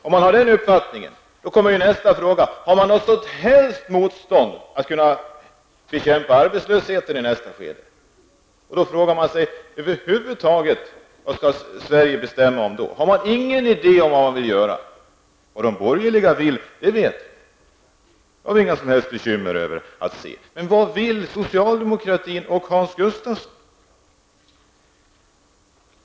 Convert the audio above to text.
Ser man ingen sådan möjlighet, kommer ju nästa fråga: Har man någon som helst möjlighet att i nästa skede bekämpa arbetslösheten? Har Sverige då över huvud taget ingenting att bestämma om? Har socialdemokraterna ingen idé om vad de vill göra? Vad de borgeliga vill, det vet vi. Det har vi inga som helst bekymmer med att se. Men vad vill socialdemokratin och Hans Gustafsson?